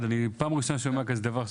אוהד, זוהי הפעם הראשונה שאני אומר כזה דבר.